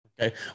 Okay